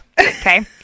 okay